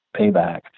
payback